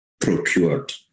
procured